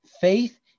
Faith